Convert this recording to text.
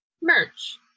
Merch